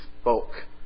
spoke